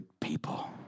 people